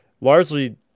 largely